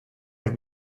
have